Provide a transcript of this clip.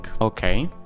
okay